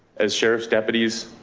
as sheriff's deputies,